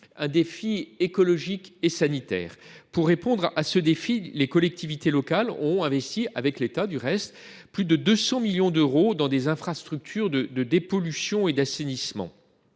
Le défi est écologique et sanitaire. Pour y répondre, les collectivités locales ont investi, avec l’État, plus de 200 millions d’euros dans des infrastructures de dépollution et d’assainissement.